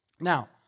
Now